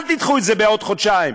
אל תדחו את זה בעוד חודשיים,